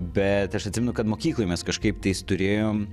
bet aš atsimenu kad mokykloj mes kažkaip tais turėjom